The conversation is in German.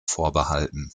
vorbehalten